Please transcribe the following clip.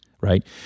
Right